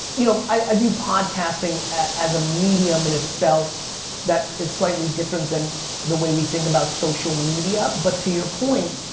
you know, i view podcasting a medium in itself that is slightly different than the way we think about social media, but to your point,